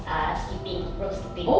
err skipping rope skipping